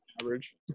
Average